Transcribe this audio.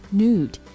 nude